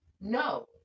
No